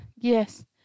yes